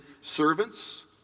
servants